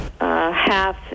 half